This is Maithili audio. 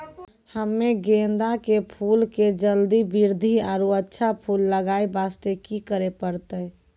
हम्मे गेंदा के फूल के जल्दी बृद्धि आरु अच्छा फूल लगय वास्ते की करे परतै?